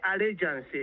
allegiance